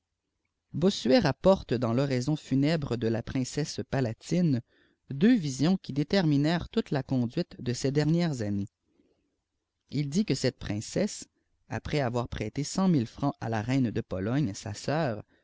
bossuet rapporte dans l'oraison funèbre de la princesse pahtnlé deux visions ipii déterminèrent toute la conduite de ses demret ffinéesi ii dit qi cette princesse après avoir prêté cent mhk fttat à la reine de poigne sa scikur